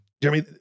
Jeremy